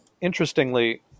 interestingly